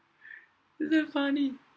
like damn funny